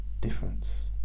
difference